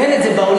אין את זה בעולם,